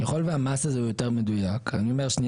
ככל והמס הזה הוא יותר מדויק מהגישה